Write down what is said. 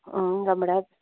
उम् रामभेँडा